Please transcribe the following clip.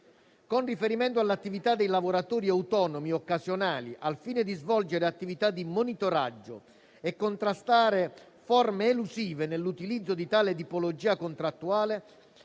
con riferimento all'attività dei lavoratori autonomi occasionali, alfine di svolgere attività di monitoraggio e di contrastare forme elusive nell'utilizzo di tale tipologia contrattuale,